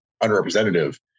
unrepresentative